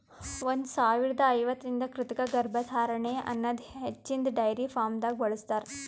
ಒಂದ್ ಸಾವಿರದಾ ಐವತ್ತರಿಂದ ಕೃತಕ ಗರ್ಭಧಾರಣೆ ಅನದ್ ಹಚ್ಚಿನ್ದ ಡೈರಿ ಫಾರ್ಮ್ದಾಗ್ ಬಳ್ಸತಾರ್